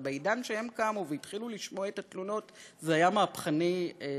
אבל בעידן שהם קמו והתחילו לשמוע את התלונות זה היה מהפכני לחלוטין.